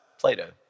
Plato